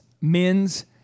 Men's